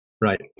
right